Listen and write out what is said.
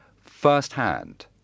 firsthand